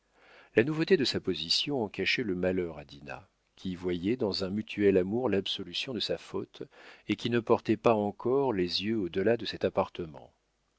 la nouveauté de sa position en cachait le malheur à dinah qui voyait dans un mutuel amour l'absolution de sa faute et qui ne portait pas encore les yeux au delà de cet appartement